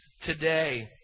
today